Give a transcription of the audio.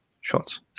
shots